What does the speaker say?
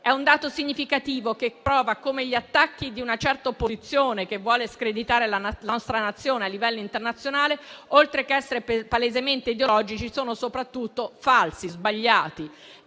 È un dato significativo che prova come gli attacchi di una certa opposizione che vuole screditare la nostra Nazione a livello internazionale, oltre che essere palesemente ideologici, sono soprattutto falsi e sbagliati.